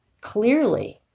clearly